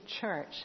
church